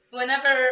Whenever